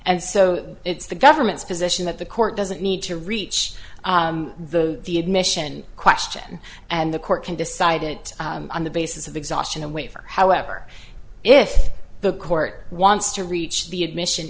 and so it's the government's position that the court doesn't need to reach the the admission question and the court can decide it on the basis of exhaustion a waiver however if the court wants to reach the admission